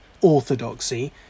orthodoxy